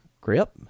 grip